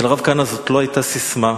אצל הרב כהנא זאת לא היתה ססמה,